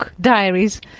diaries